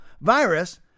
virus